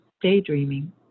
daydreaming